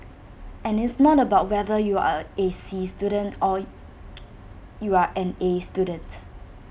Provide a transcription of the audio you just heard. and it's not about whether you are A C student or you are an A student